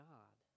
God